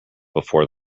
before